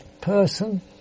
person